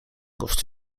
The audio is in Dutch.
kost